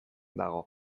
dago